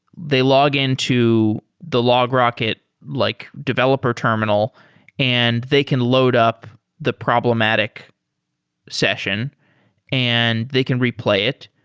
they login to the logrocket like developer terminal and they can load up the problematic session and they can replay it,